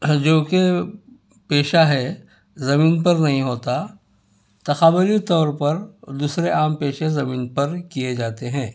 جو کہ پیشہ ہے زمین پر نہیں ہوتا تقابلی طور پر دوسرے عام پیشے زمین پر کیے جاتے ہیں